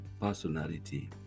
personality